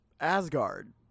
Asgard